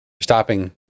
stopping